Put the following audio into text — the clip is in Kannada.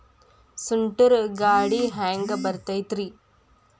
ಸುಂಟರ್ ಗಾಳಿ ಹ್ಯಾಂಗ್ ಬರ್ತೈತ್ರಿ?